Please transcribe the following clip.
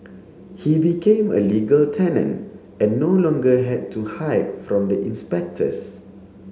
he became a legal tenant and no longer had to hide from the inspectors